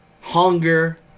hunger